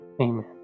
Amen